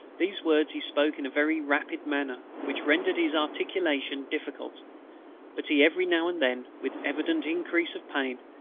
these words he spoke in a very rapid manner, which rendered his articulation difficult but he every now and then, with evident increase of pain,